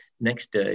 next